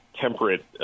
temperate